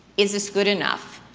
is this good enough?